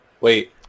Wait